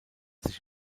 sich